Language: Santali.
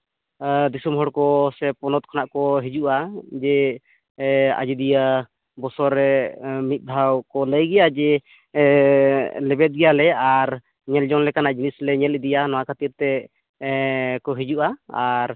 ᱫᱤᱥᱚᱢ ᱦᱚᱲ ᱠᱚ ᱥᱮ ᱯᱚᱱᱚᱛ ᱠᱷᱚᱱᱟᱜ ᱠᱚ ᱦᱤᱡᱩᱜᱼᱟ ᱡᱮ ᱟᱡᱚᱫᱤᱭᱟᱹ ᱵᱚᱥᱚᱨ ᱨᱮ ᱢᱤᱫ ᱫᱷᱟᱣ ᱠᱚ ᱞᱟᱹᱭ ᱜᱮᱭᱟ ᱡᱮ ᱞᱮᱵᱮᱫ ᱜᱮᱭᱟᱞᱮ ᱟᱨ ᱧᱮᱞ ᱡᱚᱝ ᱞᱮᱠᱟᱱᱟᱜ ᱡᱤᱱᱤᱥ ᱞᱮ ᱧᱮᱞ ᱤᱫᱤᱭᱟ ᱱᱚᱣᱟ ᱠᱷᱟᱹᱛᱤᱨᱛᱮ ᱠᱚ ᱦᱤᱡᱩᱜᱼᱟ ᱟᱨ